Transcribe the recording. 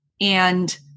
And-